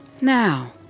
now